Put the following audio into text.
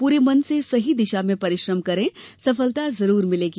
पूरे मन से सही दिशा में परिश्रम करें सफलता जरूर मिलेगी